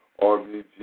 RBG